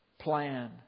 Plan